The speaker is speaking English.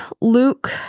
Luke